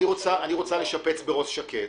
אני רוצה לשפץ בראש שקט,